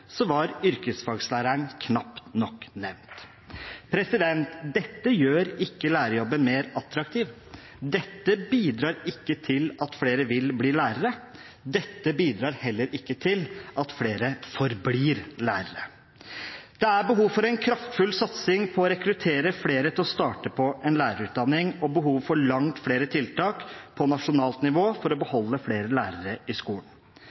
var yrkesfaglæreren knapt nok nevnt. Dette gjør ikke lærerjobben mer attraktiv, dette bidrar ikke til at flere vil bli lærere, dette bidrar heller ikke til at flere forblir lærere. Det er behov for en kraftfull satsing på å rekruttere flere til å starte på en lærerutdanning og behov for langt flere tiltak på nasjonalt nivå for å beholde flere lærere i skolen.